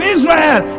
Israel